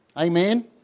Amen